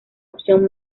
opción